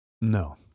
No